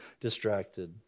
distracted